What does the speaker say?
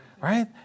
right